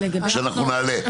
שנעלה?